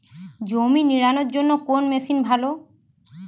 জমি নিড়ানোর জন্য কোন মেশিন ভালো?